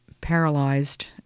paralyzed